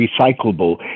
recyclable